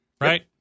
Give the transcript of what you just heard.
right